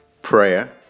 prayer